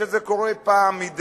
כשזה קורה מדי